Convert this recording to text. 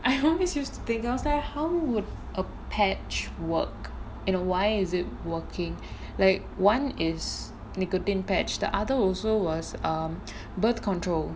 I always used to think I was like how would a patch work you know why is it working like one is nicotine patch the other also was um birth control